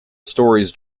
stories